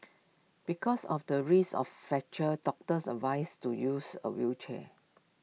because of the risk of fractures doctors advised to use A wheelchair